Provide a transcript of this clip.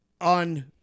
on